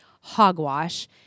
hogwash